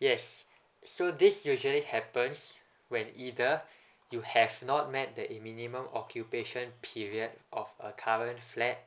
yes so this usually happens when either you have not met the it minimum occupation period of a current flat